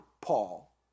Paul